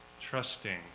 Trusting